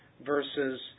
versus